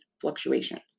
fluctuations